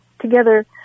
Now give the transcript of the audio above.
together